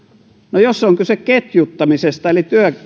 jos on kyse ketjuttamisesta eli